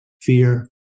fear